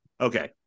Okay